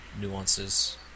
nuances